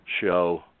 show